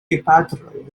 gepatroj